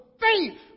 faith